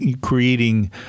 creating